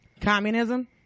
communism